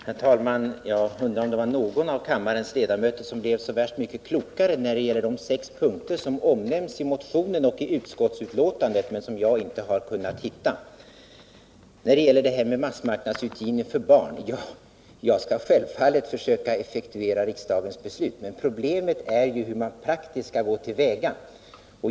Herr talman! Jag undrar om det var någon av kammarens ledamöter som blev så värst mycket klokare när det gäller de sex punkter som enligt Georg Andersson nämns i motionen och i utskottsbetänkandet men som jag inte har kunnat hitta. Så till frågan om massmarknadsutgivning av kvalitetslitteratur för barn. Jag skall självfallet försöka effektuera riksdagens beslut. Men problemet är ju hur mån praktiskt skall gå till väga.